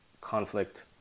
conflict